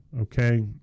Okay